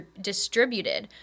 distributed